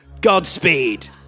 Godspeed